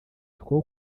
two